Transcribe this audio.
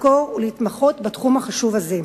לחקור ולהתמחות בתחום החשוב הזה.